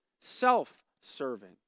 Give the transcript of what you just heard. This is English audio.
self-serving